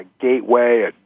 gateway